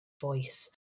voice